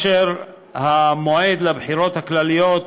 המועד לבחירות הכלליות